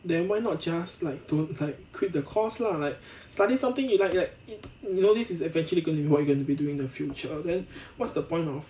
then why not just like don't like quit the course lah like study something you like you know this is eventually going to you what you gonna be doing the future of then what's the point of